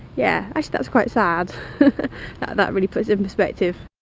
yeah, actually that's quite sad that really puts it in perspective.